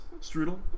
strudel